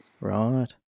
Right